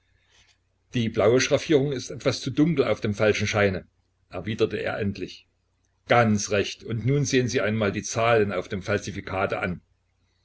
die blaue schraffierung ist etwas zu dunkel auf dem falschen scheine erwiderte er endlich ganz recht und nun sehen sie einmal die zahlen auf dem falsifikate an